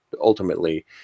ultimately